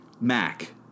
Mac